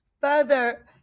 further